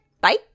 Bye